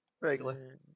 Regular